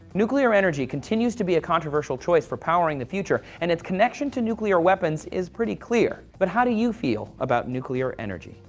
nuclear energy continues to be a controversial choice for powering the future, and it's connection to nuclear weapons is clear, but how do you feel about nuclear energy?